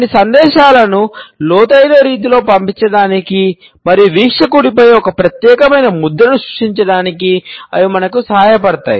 కొన్ని సందేశాలను లోతైన రీతిలో పంపించడానికి మరియు వీక్షకుడిపై ఒక ప్రత్యేకమైన ముద్రను సృష్టించడానికి అవి మనకు సహాయపడతాయి